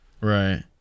right